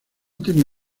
tenía